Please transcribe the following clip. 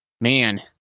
Man